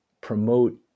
promote